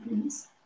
please